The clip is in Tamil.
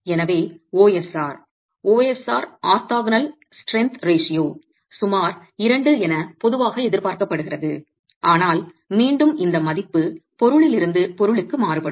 எனவே OSR OSR orthogonal strength ratio சுமார் 2 என பொதுவாக எதிர்பார்க்கப்படுகிறது ஆனால் மீண்டும் இந்த மதிப்பு பொருளிலிருந்து பொருளுக்கு மாறும்